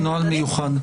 נוהל מיוחד.